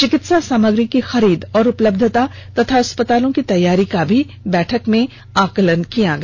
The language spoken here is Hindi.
चिकित्सा सामग्री की खरीद और उपलब्धता तथा अस्पतालों की तैयारियों का भी बैठक में आकलन किया गया